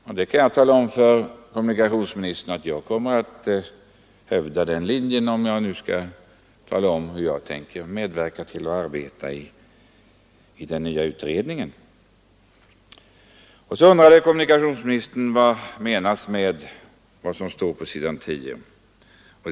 Jag kan tala om för kommunikationsministern att jag kommer att hävda den linjen, om jag nu skall avslöja hur jag tänker arbeta i den nya utredningen. Vidare undrade kommunikationsministern vad som menas med ett uttalande på s. 10 i utskottsbetänkandet.